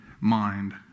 mind